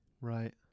Right